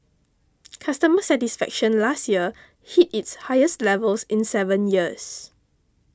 customer satisfaction last year hit its highest levels in seven years